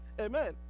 Amen